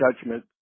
judgment